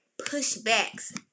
pushbacks